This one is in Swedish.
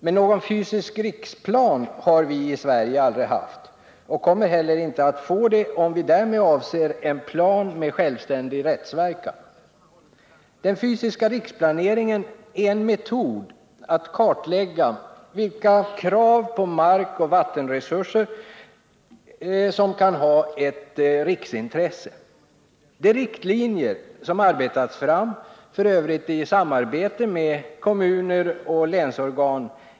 Men någon fysisk riksplan har vi i Sverige aldrig haft och kommer inte heller att få det, om vi därmed avser en plan med sj vständig rättsverkan. Den fysiska riksplaneringen är en metod att kartlägga vilka krav på markoch vattenresurser som kan vara ett riksintresse. De riktlinjer som arbetats fram, f.ö. i samarbete med kommuner och länsorgan.